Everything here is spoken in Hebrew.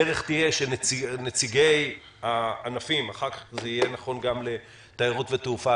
הדרך תהיה שנציגי הענפים אחר כך זה יהיה נכון גם לתיירות ותעופה